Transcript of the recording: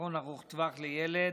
לחיסכון ארוך טווח לילד),